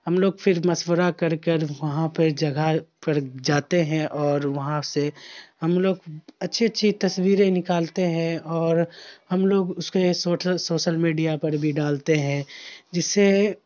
ہم لوگ پھر مشورہ کر کر وہاں پہ جگہ پر جاتے ہیں اور وہاں سے ہم لوگ اچھی اچھی تصویریں نکالتے ہیں اور ہم لوگ اس کے سوسل میڈیا پر بھی ڈالتے ہیں جس سے